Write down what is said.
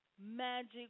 magic